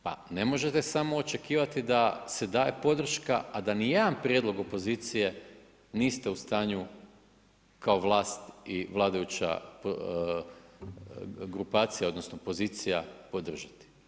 Pa ne možete samo očekivati da se daje podrška, a da nijedan prijedlog opozicije niste u stanju kao vlast i vladajuća grupacija odnosno pozicija podržati.